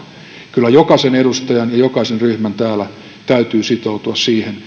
kyllä jokaisen edustajan ja jokaisen ryhmän täällä täytyy sitoutua siihen